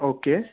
okay